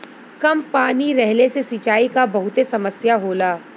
कम पानी रहले से सिंचाई क बहुते समस्या होला